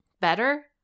better